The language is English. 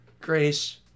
grace